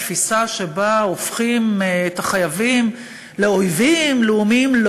התפיסה שבה הופכים את החייבים לאויבים לאומיים,